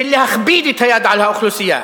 להכביד את היד על האוכלוסייה.